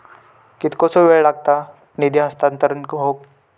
कितकोसो वेळ लागत निधी हस्तांतरण हौक?